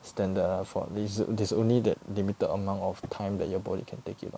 standard lah for there's there's only that limited amount of time that your body can take it [what]